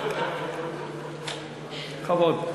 בכבוד.